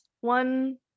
one